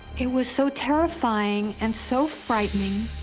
it was so terrifying and so frightening.